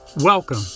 Welcome